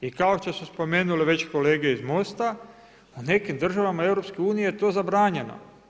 I kao što su spomenule već kolege iz Most-a, u nekim zemljama EU je to zabranjeno.